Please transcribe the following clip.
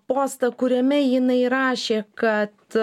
postą kuriame jinai rašė kad